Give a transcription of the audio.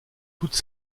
toutes